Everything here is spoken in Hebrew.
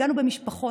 נגענו במשפחות,